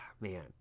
man